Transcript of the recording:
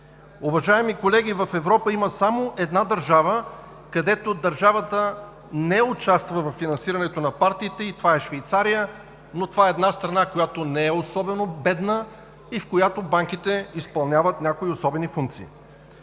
Уважаеми колеги, в Европа има само една държава, където държавата не участва във финансирането на партиите – Швейцария, но това е една страна, която не е особено бедна и в която банките изпълняват някои особени функции.